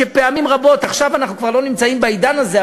עכשיו אנחנו לא נמצאים בעידן הזה,